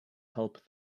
help